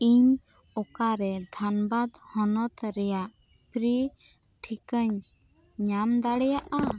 ᱤᱧ ᱚᱠᱟᱨᱮ ᱫᱷᱟᱱᱵᱟᱫᱽ ᱦᱚᱱᱚᱛ ᱨᱮᱱᱟᱜ ᱯᱷᱤᱨᱤ ᱴᱤᱠᱟᱹᱧ ᱧᱟᱢ ᱫᱟᱲᱮᱭᱟᱜᱼᱟ